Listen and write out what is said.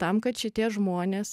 tam kad šitie žmonės